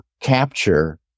capture